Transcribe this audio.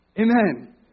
Amen